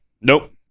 Nope